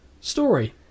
Story